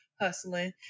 hustling